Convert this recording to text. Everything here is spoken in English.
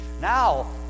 now